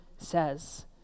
Says